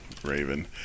Raven